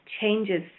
changes